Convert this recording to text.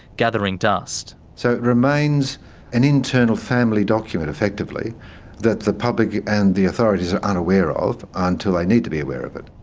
gathering dust. so it remains an internal family document effectively that the public and the authorities are unaware of until they need to be aware of it.